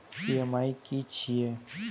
EMI की छिये?